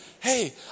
Hey